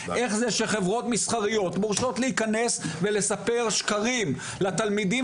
איך זה שחברות מסחריות מורשות להיכנס ולספר שקרים לתלמידים